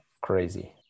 crazy